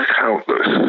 countless